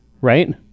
right